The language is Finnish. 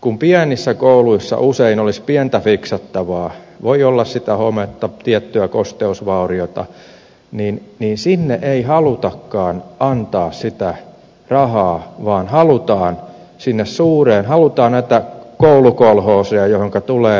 kun pienissä kouluissa usein olisi pientä fiksattavaa voi olla sitä hometta tiettyä kosteusvauriota niin sinne ei halutakaan antaa sitä rahaa vaan halutaan sinne suureen halutaan näitä koulukolhooseja joihinka tulee